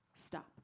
Stop